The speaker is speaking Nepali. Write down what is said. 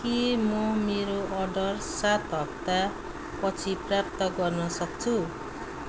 के म मेरो अर्डर सात हप्तापछि प्राप्त गर्न सक्छु